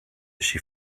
she